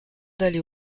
d’aller